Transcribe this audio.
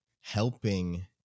helping